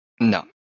no